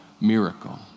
miracle